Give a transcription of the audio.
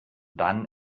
dann